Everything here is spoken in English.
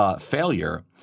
failure